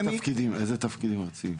איזה תפקידים ארציים?